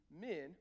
men